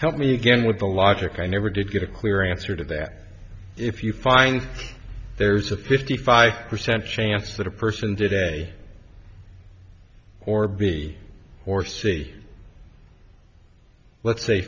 help me again with the logic i never did get a clear answer to that if you find there's a fifty five percent chance that a person did a or b or c let's say